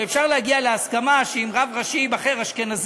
שאפשר להגיע להסכמה שאם ייבחר רב ראשי אשכנזי,